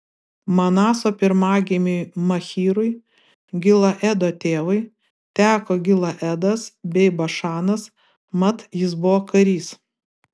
manaso pirmagimiui machyrui gileado tėvui teko gileadas bei bašanas mat jis buvo karys